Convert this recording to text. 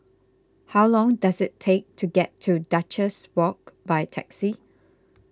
how long does it take to get to Duchess Walk by taxi